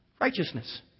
Righteousness